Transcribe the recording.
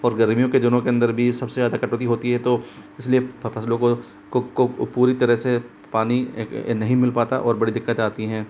और गर्मीयों के दिनों के अंदर भी सब से ज़्यादा कटौती होती है तो इस लिए फ़सलों को को पूरी तरह से पानी नहीं मिल पाता और बड़ी दिक्कतें आती हैं